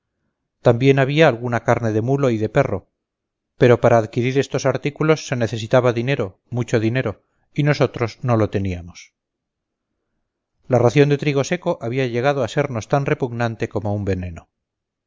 también había alguna carne de mulo y de perro pero para adquirir estos artículos se necesitaba dinero mucho dinero y nosotros no lo teníamos la ración de trigo seco había llegado a sernos tan repugnante como un veneno